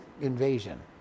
invasion